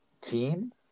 team